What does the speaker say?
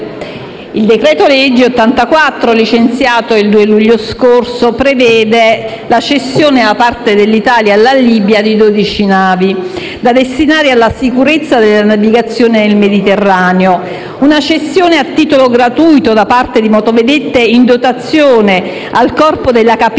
il decreto-legge n. 84, licenziato il 2 luglio scorso, prevede la cessione da parte dell'Italia alla Libia di dodici navi da destinare alla sicurezza della navigazione nel Mediterraneo; una cessione a titolo gratuito di motovedette in dotazione al Corpo delle capitanerie di